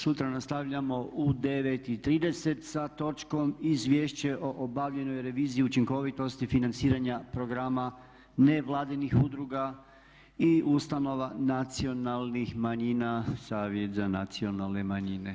Sutra nastavljamo u 9,30 sa točnom Izvješće o obavljenoj reviziji učinkovitosti financiranja programa nevladinih udruga i ustanova nacionalnih manjina-Savjet za nacionalne manjine.